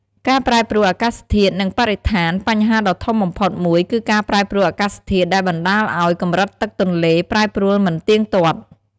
ការប្រែប្រួលអាកាសធាតុ និងបរិស្ថាន បញ្ហាដ៏ធំបំផុតមួយគឺការប្រែប្រួលអាកាសធាតុដែលបណ្ដាលឱ្យ កម្រិតទឹកទន្លេប្រែប្រួលមិនទៀងទាត់។